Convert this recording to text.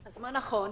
מה נכון?